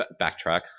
backtrack